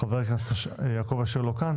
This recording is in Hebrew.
חבר הכנסת יעקב אשר לא כאן